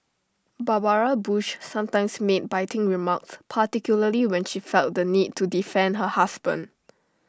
Barbara bush sometimes made biting remarks particularly when she felt the need to defend her husband